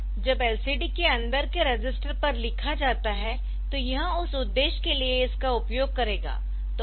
एक बार जब LCD के अंदर के रजिस्टर पर लिखा जाता हैतो यह उस उद्देश्य के लिए इसका उपयोग करेगा